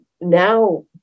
now